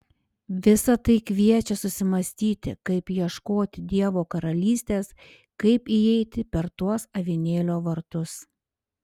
visa tai kviečia susimąstyti kaip ieškoti dievo karalystės kaip įeiti per tuos avinėlio vartus